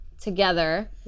Together